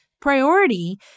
priority